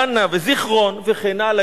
ראנה וזיכרון, וכן הלאה.